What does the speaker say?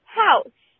house